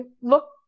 look